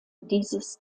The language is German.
dieses